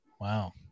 Wow